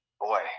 Boy